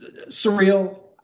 surreal